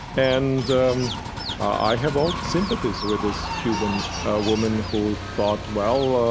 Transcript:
and um i have all sympathies with this cuban woman who thought, well,